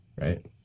right